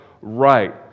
right